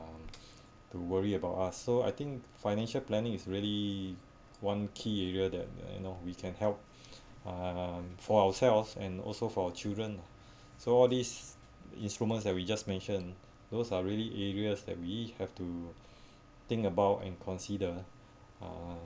to worry about us so I think financial planning is really one key area that uh you know we can help uh for ourselves and also for children lah so all these instruments that we just mention those are really areas that we have to think about and consider uh